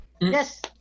yes